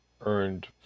earned